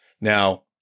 Now